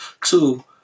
Two